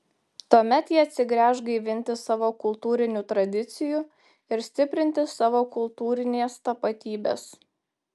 tuomet jie atsigręš gaivinti savo kultūrinių tradicijų ir stiprinti savo kultūrinės tapatybės